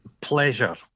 pleasure